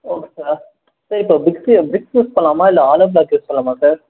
okay sir sir இப்போ பிக்ஸ்ஸு bricks use பண்ணலாமா இல்லை ஆலோப்ளாக் யூஸ் பண்ணலாமா சார்